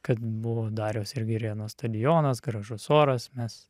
kad buvo dariaus ir girėno stadionas gražus oras mes